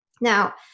Now